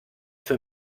für